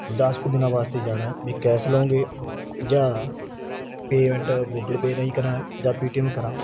ਦਸ ਕੁ ਦਿਨਾਂ ਵਾਸਤੇ ਜਾਣਾ ਵੀ ਕੈਸ ਲਉਂਗੇ ਜਾਂ ਪੇਮੇਂਟ ਗੂਗਲ ਪੇ ਰਾਹੀਂ ਕਰਾਂ ਜਾਂ ਪੇਟੀਐਮ ਕਰਾਂ